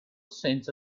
senza